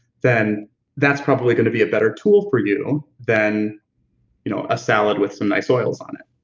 then that's probably gonna be a better tool for you than you know a salad with some nice oils on it.